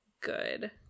good